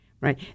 Right